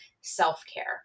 self-care